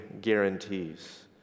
guarantees